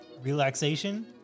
Relaxation